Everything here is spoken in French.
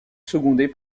secondé